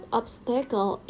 obstacle